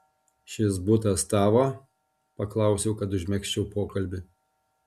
šis butas tavo paklausiau kad užmegzčiau pokalbį